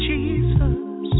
Jesus